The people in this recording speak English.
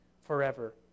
forever